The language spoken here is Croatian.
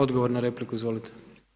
Odgovor na repliku, izvolite.